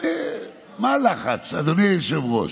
מה הלחץ, אדוני היושב-ראש?